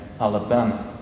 Alabama